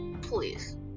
Please